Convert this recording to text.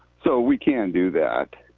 so we can do that.